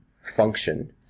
function